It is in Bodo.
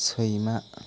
सैमा